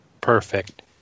perfect